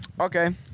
Okay